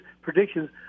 predictions